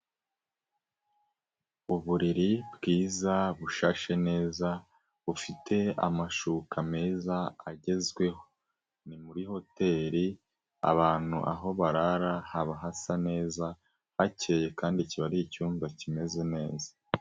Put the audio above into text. Uburiri bwiza bushashe neza bufite amashuka meza agezweho, ni muri hoteli abantu aho barara haba hasa neza hakeye kandi kiba ari icyumba kimeze neza.